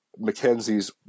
McKenzie's